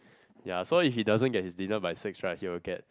ya so if he doesn't get his dinner by six right he will get